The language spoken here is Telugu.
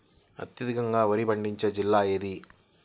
అత్యధికంగా వరి పండించే జిల్లా ఏది?